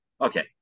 okay